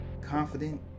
confident